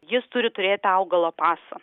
jis turi turėti augalo pasą